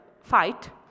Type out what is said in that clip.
fight